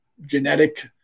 genetic